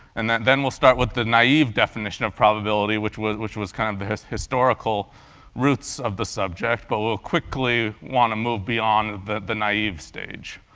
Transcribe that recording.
and then then we'll start with the naive definition of probability, which was which was kind of the historical roots of the subject, but we'll quickly want to move beyond the the naive stage.